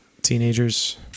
Teenagers